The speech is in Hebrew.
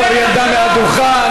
היא כבר ירדה מהדוכן.